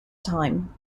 time